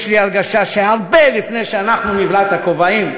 יש לי הרגשה שהרבה לפני שאנחנו נבלע את הכובעים,